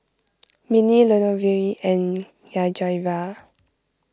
Minnie Lenore and Yajaira